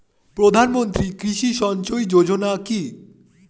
প্রধানমন্ত্রী কৃষি সিঞ্চয়ী যোজনা কি?